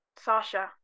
Sasha